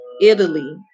italy